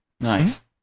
Nice